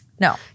No